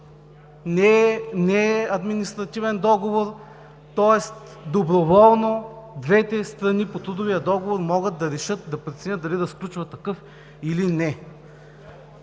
не е административен договор, тоест доброволно двете страни по трудовия договор могат да решат, да преценят дали да сключват такъв или не,